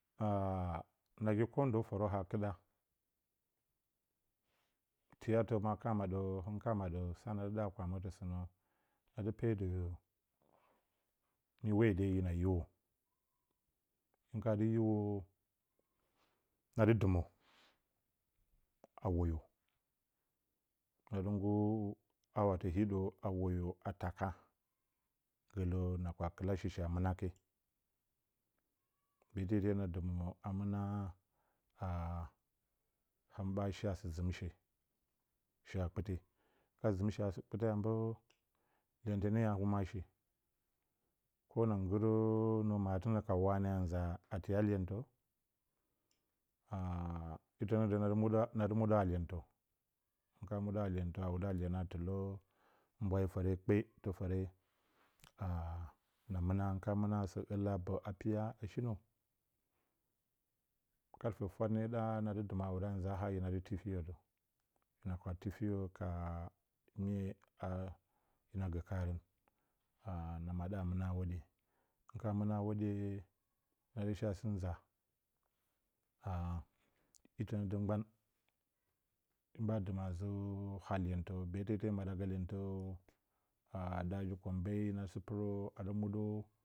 a a a naji ndə pərə haa ha kɨda tiyatə ma ka maɗəə him la maɗəə peedə sa na dɨ, da a kwamətə sɨnə, nadɨ peedə mi hwode hina hiwo hɨ kadɨ hiwooo nadɨ dɨmə a woyo na dɨ nggur hiɗə patye a taka gələ na kɨ la sɨshi a mɨna ke ɓəti gə te na dɨmə a mɨna hɨn ɓaa shea sɨ zɨm she shi haa kpiite, hɨn kana zɨm shi haa lapiite a mbə iyentə nee a humwashi na nggɨɨrəə nə maatɨnə ka waane a nzaaa a tiya iyenta a a itə nə də na dɨ, muɗa, na di muɗə haa iyentə, hɨn kana muɗə haa iyentə muɗa a tɨ lə mbwayi fəre kpe tɨ fəre a'aa na mɨna hɨn kana mɨna a sɨ ɨ l hai a mbə a piya no shinə fwat nee da'a nadu dɨma dɨɨmə adɨ nzaa har hina di lifiyodə, na kwaa tifiyo ka mye hina gə kaarən na moɗa a mɨuna a hwoɗye hin kana mɨna a hwoɗyeee nadɨ shi a sɨ nza, a də mgban, hɨn ɓaa dɨ mə a zə haa iyentə, beeti ite hɨn maɗa gə iyentəə koombe a na nda a daa ji-koombe hina sɨ pɨrə adɨ muɗəəə.